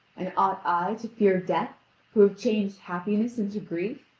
and ought i to fear death who have changed happiness into grief?